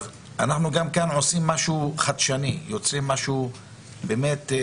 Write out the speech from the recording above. אנחנו כאן עושים משהו חדשני, יוצרים משהו דיגיטלי.